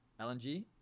LNG